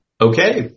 Okay